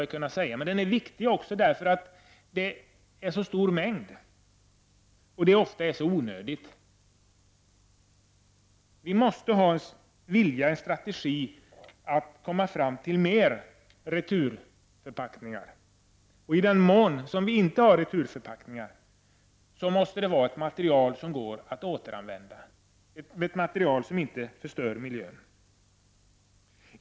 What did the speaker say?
Men det är också en viktig fråga eftersom det handlar om så stora mängder och om förpackningar som ofta är onödiga. Vi måste ha en sådan vilja och strategi att vi åstadkommer fler returförpackningar. Och i den mån vi inte använder returförpackningar måste materialet vara möjligt att återanvända, ett material som inte förstör miljön.